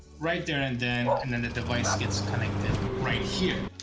right there and then and then the device gets connected right here.